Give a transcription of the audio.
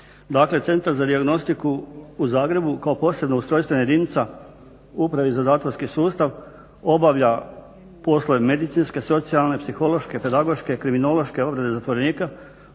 Dakle Centar za dijagnostiku u Zagrebu kao posebna ustrojstvena jedinica u Upravi za zatvorski sustav obavlja poslove medicinske, socijalne, psihološke, pedagoške, kriminološke obrade zatvorenika